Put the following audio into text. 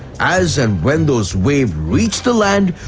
as and when those waves reach the land,